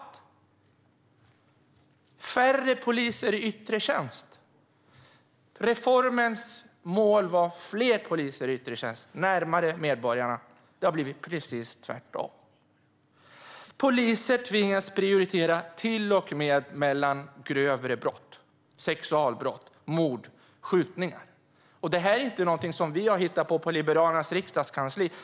Det är färre poliser i yttre tjänst. Reformens mål var fler poliser i yttre tjänst, närmare medborgarna. Det har blivit precis tvärtom. Poliser tvingas prioritera till och med mellan grövre brott: sexualbrott, mord och skjutningar. Det är inte något som vi har hittat på på Liberalernas riksdagskansli.